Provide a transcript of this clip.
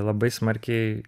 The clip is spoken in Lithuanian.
labai smarkiai